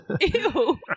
ew